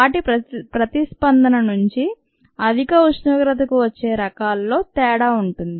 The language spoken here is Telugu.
వాటి ప్రతిస్పందన నుంచి అధిక ఉష్ణోగ్రతకు వచ్చే రకాల్లో తేడా ఉంటుంది